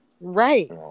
Right